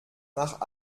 nach